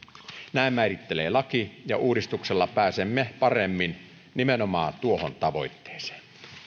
näin määrittelee laki ja uudistuksella pääsemme paremmin nimenomaan tuohon tavoitteeseen